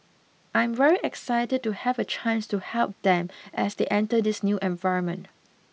I'm very excited to have a chance to help them as they enter this new environment